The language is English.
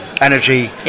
energy